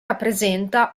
rappresenta